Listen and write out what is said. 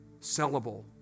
sellable